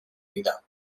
vida